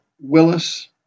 Willis